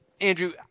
Andrew